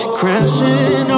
crashing